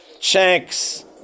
checks